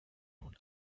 nun